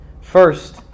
First